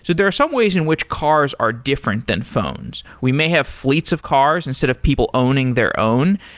so there are some ways in which cars are different than phones. we may have fleets of cars, instead of people owning their own,